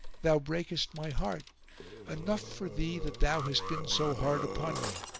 thou breakest my heart enough for thee that thou hast been so hard upon me!